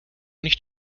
nicht